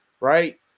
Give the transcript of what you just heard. right